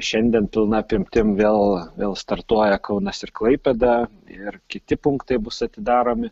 šiandien pilna apimtim vėl vėl startuoja kaunas ir klaipėda ir kiti punktai bus atidaromi